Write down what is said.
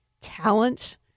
talent